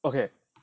okay